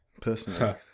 personally